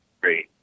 Great